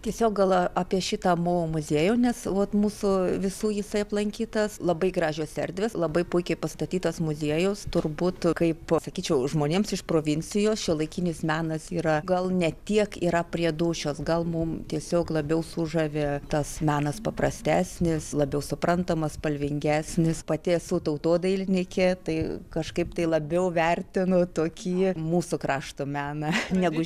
tiesiog gal apie šitą mo muziejų nes vot mūsų visų jisai aplankytas labai gražios erdvės labai puikiai pastatytas muziejus turbūt kaip sakyčiau žmonėms iš provincijos šiuolaikinis menas yra gal ne tiek yra prie dūšios gal mum tiesiog labiau sužavi tas menas paprastesnis labiau suprantamas spalvingesnis pati esu tautodailininkė tai kažkaip tai labiau vertinu tokį mūsų krašto meną negu